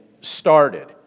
started